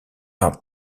are